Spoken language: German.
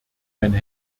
mein